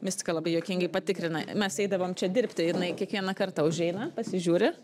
mistika labai juokingai patikrina mes eidavom čia dirbti jinai kiekvieną kartą užeina pasižiūri